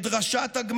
את דרשת הגמרא